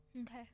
Okay